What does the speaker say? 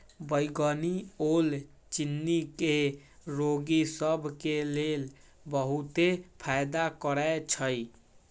बइगनी ओल चिन्नी के रोगि सभ के लेल बहुते फायदा करै छइ